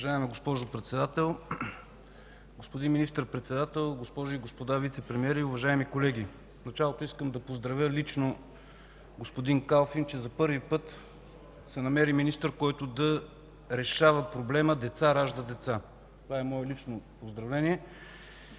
Уважаема госпожо Председател, господин Министър-председател, госпожи и господа вицепремиери, уважаеми колеги! В началото искам да поздравя лично господин Калфин, че за първи път се намери министър, който да решава проблема „деца раждат деца”. Това е мое лично поздравление.